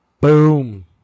Boom